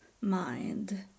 mind